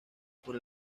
por